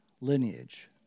lineage